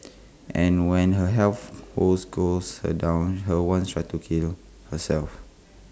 and when her health woes got her down her once tried to kill herself